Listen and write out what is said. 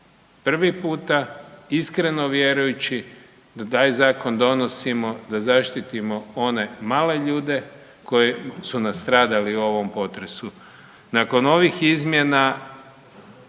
prvi puta iskreno vjerujući da taj zakon donosimo da zaštitimo one male ljude koji su nastradali u ovom potresu. Nakon ovih izmjena